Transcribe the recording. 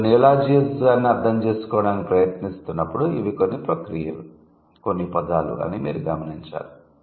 మీరు నియోలాజిజాన్ని అర్థం చేసుకోవడానికి ప్రయత్నిస్తున్నప్పుడు ఇవి కొన్ని ప్రక్రియలు కొన్ని పదాలు అని మీరు గమనించాలి